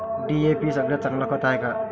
DAP सगळ्यात चांगलं खत हाये का?